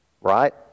Right